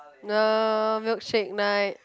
no milkshake night